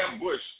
Bush